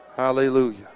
Hallelujah